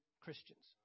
Christians